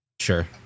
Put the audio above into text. sure